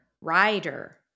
Rider